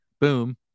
boom